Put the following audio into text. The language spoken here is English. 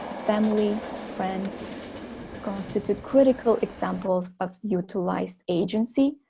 family, friends constitute critical examples of utilized agency,